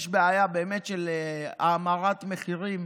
באמת יש בעיה של האמרת מחירים,